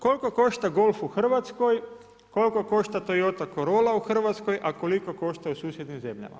Koliko košta Golf u Hrvatskoj, koliko košta Toyota Corolla u Hrvatskoj a koliko košta u susjednim zemljama.